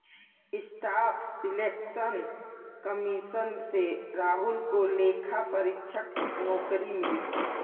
staff selection commission से राहुल को लेखा परीक्षक नौकरी मिली